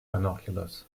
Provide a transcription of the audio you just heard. binoculars